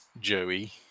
Joey